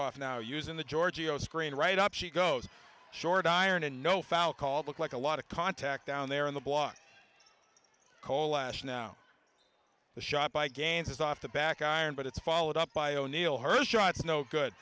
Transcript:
berghoff now using the giorgio screen right up she goes short iron and no foul called look like a lot of contact down there in the ball on coal ash now the shot by gaines is off the back iron but it's followed up by o'neil her shots no good